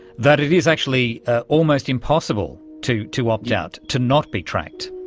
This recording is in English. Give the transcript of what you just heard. that it is actually ah almost impossible to to opt out, to not be tracked.